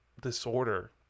disorder